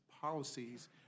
policies